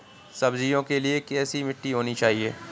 सब्जियों के लिए कैसी मिट्टी होनी चाहिए?